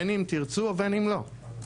בין אם תרצו ובין אם לא.